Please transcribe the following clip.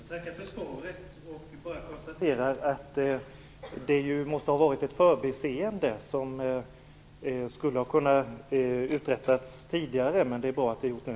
Fru talman! Jag tackar för svaret och konstaterar att det måste ha varit fråga om ett förbiseende. Detta skulle ha kunnat uträttas tidigare, men det är bra att det är gjort nu.